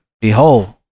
Behold